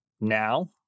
now